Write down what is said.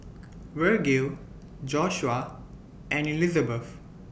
Vergil Joshuah and Elizabeth